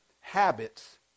Habits